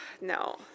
No